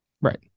Right